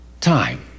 time